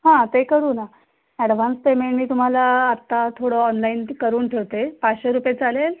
हां ते करू ना ॲडवान्स पेमेंट मी तुम्हाला आत्ता थोडं ऑनलाईन करून ठेवते पाचशे रुपये चालेल